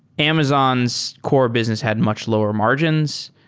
amazon's core business had much lower margins,